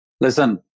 Listen